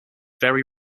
very